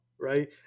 right